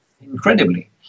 incredibly